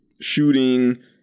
shooting